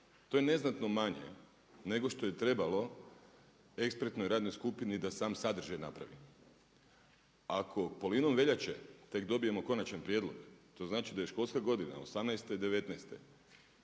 To je neznatno manje nego što je trebalo ekspertnoj radnoj skupini da sam sadržaj napravi. Ako polovinom veljače tek dobijemo konačan prijedlog to znači da je školska godina 2018. i 2019. promašena,